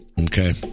Okay